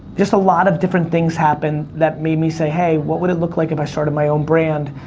just a lot of different things happened that made me say, hey, what would it look like if i started my own brand?